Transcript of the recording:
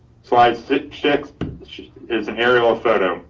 slide six checks is an aerial photo.